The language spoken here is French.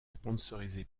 sponsorisé